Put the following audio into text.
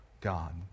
God